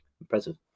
Impressive